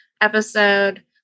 episode